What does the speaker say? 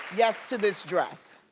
yes to this dress.